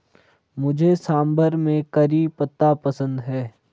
मुझे सांभर में करी पत्ता पसंद है